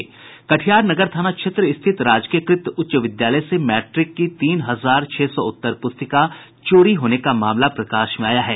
कटिहार नगर थाना क्षेत्र स्थित राजकीयकृत उच्च विद्यालय से मैट्रिक की तीन हजार छह सौ उत्तर पुस्तिका चोरी होने का मामला प्रकाश में आया है